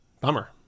Bummer